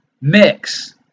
mix